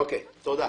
תודה.